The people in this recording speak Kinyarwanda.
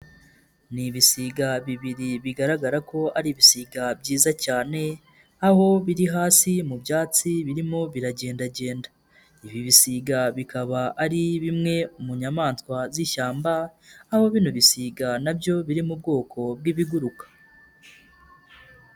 Ni ibisiga bibiri bigaragara ko ari ibisiga byiza cyane, aho biri hasi mu byatsi birimo biragendagenda, ibi bisiga bikaba ari bimwe mu nyamaswa z'ishyamba, aho bino bisiga nabyo biri mu bwoko bw'ibiguruka.